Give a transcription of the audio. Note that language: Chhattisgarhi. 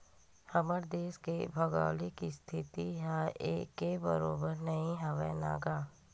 हमर देस के भउगोलिक इस्थिति ह एके बरोबर नइ हवय न गा